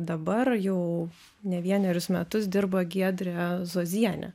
dabar jau ne vienerius metus dirba giedrė zuozienė